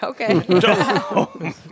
Okay